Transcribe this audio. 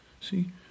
See